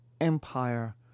empire